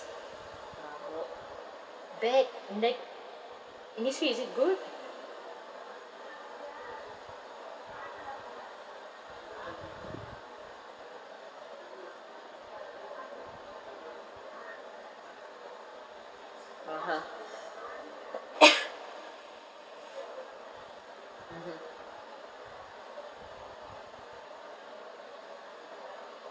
ah oo bad neg~ Innisfree is it good (uh huh)